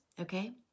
okay